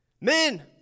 Men